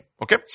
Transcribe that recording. okay